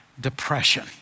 depression